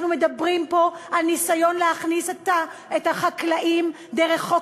אנחנו מדברים פה על ניסיון להכניס את החקלאים דרך חוק